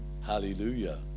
hallelujah